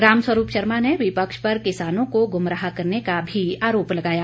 रामस्वरूप शर्मा ने विपक्ष पर किसानों को गुमराह करने का भी आरोप लगाया